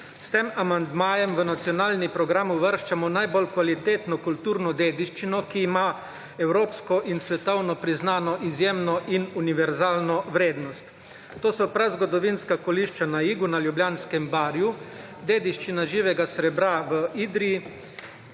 S tem amandmajem v nacionalni program uvrščamo najbolj kvalitetno kulturno dediščino, ki ima evropsko in svetovno priznano izjemno in univerzalno vrednost. To so prazgodovinska kolišča na Igu na ljubljanskem barju, dediščina živega srebra v Idriji,